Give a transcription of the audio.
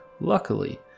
Luckily